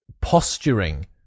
posturing